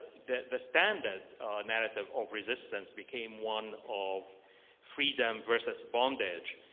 the the standard narrative of resistance became one of freedom versus bondage.